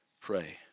pray